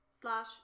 Slash